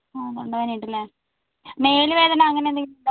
ആണ് അല്ലെ വേദന ഉണ്ട് അല്ലെ മേലു വേദന അങ്ങനെ എന്തെങ്കിലും ഉണ്ടോ